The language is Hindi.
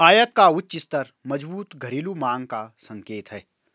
आयात का उच्च स्तर मजबूत घरेलू मांग का संकेत है